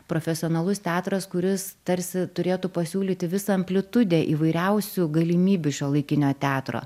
profesionalus teatras kuris tarsi turėtų pasiūlyti visą amplitudę įvairiausių galimybių šiuolaikinio teatro